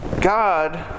God